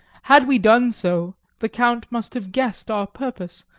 had we done so, the count must have guessed our purpose,